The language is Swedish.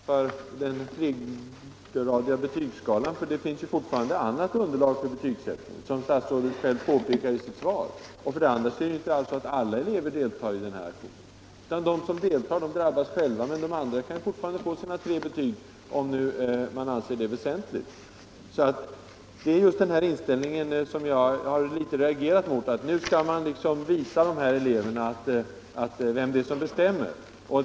Herr talman! För det första innebär det inte att man avskaffar den tregradiga betygsskalan, eftersom det fortfarande finns annat underlag för betygsättning, såsom statsrådet själv påpekade i sitt svar. För det andra deltar ju inte alla elever i den här aktionen. De som deltar i den drabbas själva, medan de andra fortfarande kan få sina tre betygsgrader, om de anser det väsentligt. Det är just denna inställning som jag har reagerat mot: nu skall man visa de här eleverna vem det är som bestämmer!